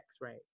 right